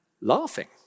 laughing